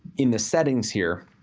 in the settings here.